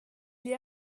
les